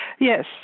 Yes